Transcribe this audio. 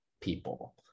people